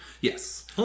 Yes